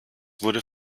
wurde